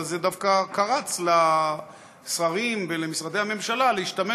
זה דווקא קרץ לשרים ולמשרדי הממשלה להשתמש